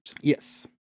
Yes